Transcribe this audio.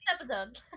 episode